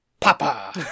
Papa